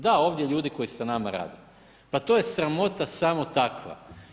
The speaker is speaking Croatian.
Da, ovdje ljudi koji sa nama rade, pa to je sramota samo takva.